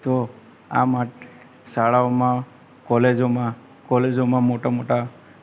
તો આ માટે શાળાઓમાં કોલેજોમાં કોલેજોમાં મોટા મોટા